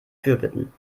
fürbitten